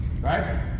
Right